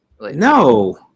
No